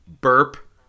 burp